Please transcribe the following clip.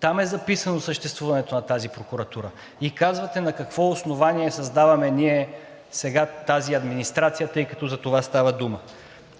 Там е записано съществуването на тази прокуратура. Казвате на какво основание създаваме ние сега тази администрация, тъй като за това става дума?